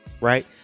right